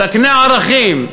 תקנה ערכים.